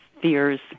fears